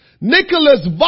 Nicholas